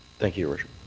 thank you, your worship.